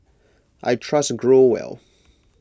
I trust Growell